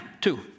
two